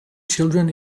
children